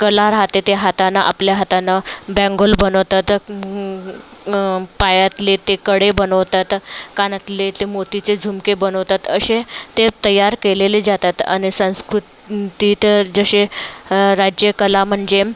कला राहते ते हाताना आपल्या हातांना बॅंगोल बनवतात पायातले ते कडे बनवतात कानातले ते मोतीचे झुमके बनवतात असे ते तयार केलेले जातात अने संस्कृती तर जसे राज्य कला म्हणजे म्